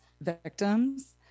victims